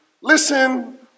Listen